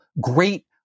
great